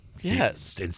yes